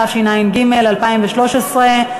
התשע"ג 2013,